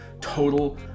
total